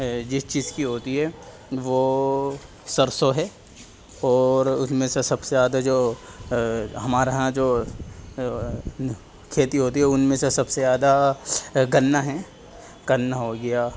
جس چیز کی ہوتی ہے وہ سرسوں ہے اور اس میں سے سب سے زیادہ جو ہمارے یہاں جو کھیتی ہوتی ہے ان میں سے سب سے زیادہ گنّا ہے گنّا ہو گیا